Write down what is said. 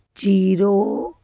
zero